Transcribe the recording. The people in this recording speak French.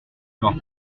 leur